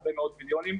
הרבה מאוד מיליונים.